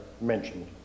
mentioned